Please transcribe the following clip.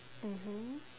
mmhmm